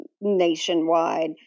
nationwide